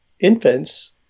Infants